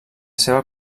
seva